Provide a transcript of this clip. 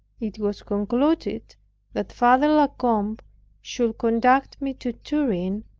it was concluded that father la combe should conduct me to turin,